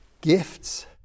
Gifts